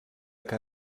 què